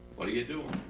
what are you doing?